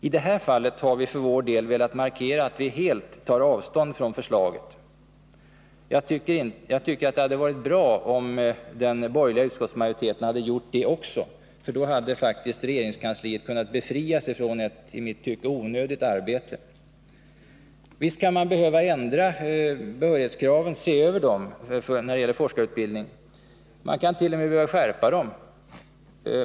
I det här fallet har vi för vår del velat markera att vi helt tar avstånd från förslaget. Jag tycker det hade varit bra om också den borgerliga utskottsmajoriteten hade gjort det. Då hade regeringskansliet kunnat befrias från ett i mitt tycke onödigt arbete. Visst kan man behöva se över behörighetskraven för forskarutbildning. Man kant.o.m. behöva skärpa dem.